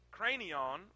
cranion